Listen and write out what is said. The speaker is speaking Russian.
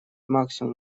максимум